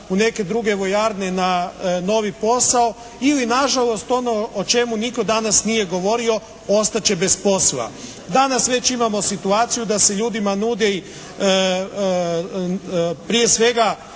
u neke druge vojarne na novi posao. Ili nažalost ono o čemu nitko danas nije govorio ostat će bez posla. Danas već imamo situaciju da se ljudima nudi prije svega